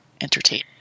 entertain